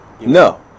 no